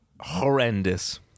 horrendous